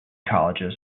colleges